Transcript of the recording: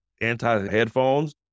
anti-headphones